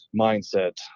mindset